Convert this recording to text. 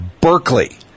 Berkeley